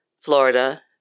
Florida